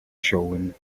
showing